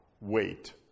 Wait